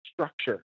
structure